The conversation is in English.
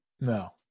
No